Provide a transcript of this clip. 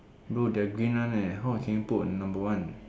no the green one leh how can you put a number one